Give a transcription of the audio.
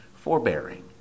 forbearing